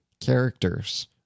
characters